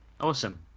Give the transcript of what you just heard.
Awesome